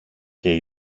και